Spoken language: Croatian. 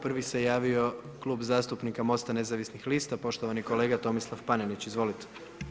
Prvi se javio Klub zastupnika Mosta nezavisnih lista, poštovani kolega Tomislav Panenić, izvolite.